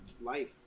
life